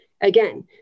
again